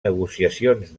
negociacions